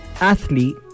athlete